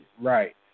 Right